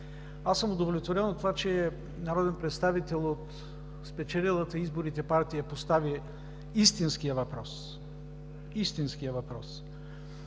лошо. Удовлетворен съм от това, че народен представител от спечелилата изборите партия постави истинския въпрос. Истинският въпрос!